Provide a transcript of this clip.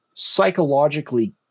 Psychologically